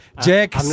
Jack